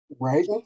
right